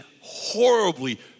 horribly